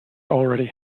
already